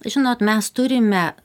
žinot mes turime